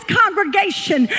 congregation